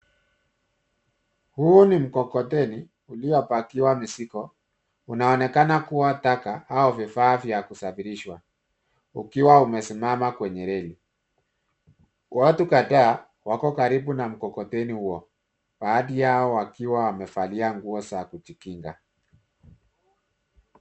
Huu ni mkokoteni uliopakiwa mizigo unaoonekana kuwa taka au vifaa vya kusafirisha ukiwa umesimama kwenye reli. Watu kadhaa wako karibu na mkokoteni huo baadhi yao wakiwa wamevalia nguo za kujikinga.